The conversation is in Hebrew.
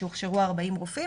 שהוכשרו 40 רופאים,